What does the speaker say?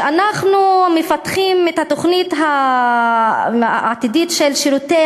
שאנחנו מפתחים את התוכנית העתידית של שירותי